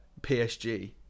PSG